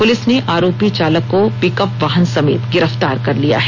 police ने आरोपी चालक को पिकअप वाहन समेत गिरफ्तार कर लिया है